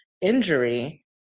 injury